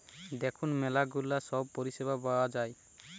দেখুন ম্যালা গুলা সব পরিষেবা পাওয়া যায়